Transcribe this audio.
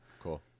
cool